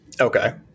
Okay